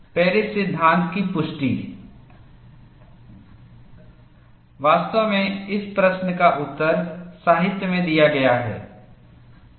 Paris सिद्धांत की पुष्टि वास्तव में इस प्रश्न का उत्तर साहित्य में दिया गया है